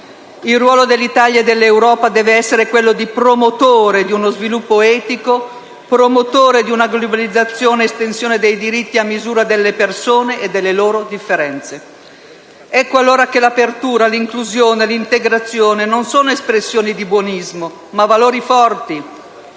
Il ruolo dell'Italia e dell'Europa deve essere quello di promotore di uno sviluppo etico, promotore di una globalizzazione ed estensione dei diritti a misura delle persone e delle loro differenze. Ecco allora che l'apertura, l'inclusione, l'integrazione non sono espressioni di buonismo, ma valori forti,